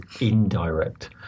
indirect